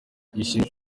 yishimiye